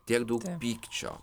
tiek daug pykčio